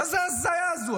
מה זה ההזיה הזו?